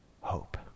hope